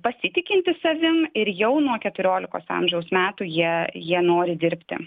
pasitikintis savim ir jau nuo keturiolikos amžiaus metų jie jie nori dirbti